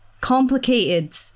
complicated